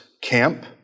camp